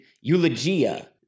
Eulogia